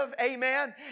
amen